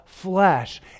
flesh